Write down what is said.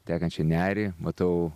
tekančią nerį matau